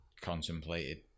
contemplated